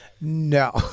No